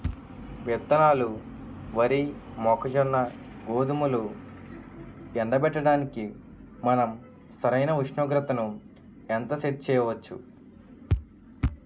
విత్తనాలు వరి, మొక్కజొన్న, గోధుమలు ఎండబెట్టడానికి మనం సరైన ఉష్ణోగ్రతను ఎంత సెట్ చేయవచ్చు?